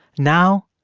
now,